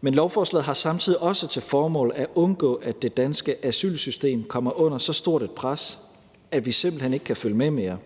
Men lovforslaget har samtidig til formål at undgå, at det danske asylsystem kommer under så stort et pres, at vi simpelt hen ikke kan følge med mere,